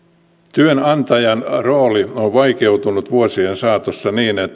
työnantajan rooli on vaikeutunut vuosien saatossa niin että